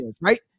Right